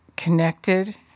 Connected